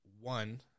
one